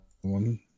one